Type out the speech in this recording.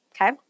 Okay